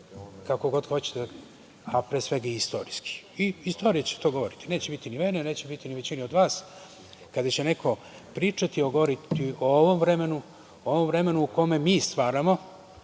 kako god hoćete, a pre svegaistorijski. I istorija će to govoriti. Neće biti ni mene, neće biti ni većine od vas, kada će neko pričati, govoriti o ovom vremenu, o ovom vremenu u kome mi stvaramo